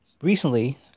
Recently